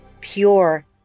pure